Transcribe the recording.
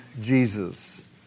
Jesus